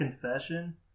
confession